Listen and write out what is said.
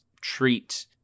treat